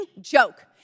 joke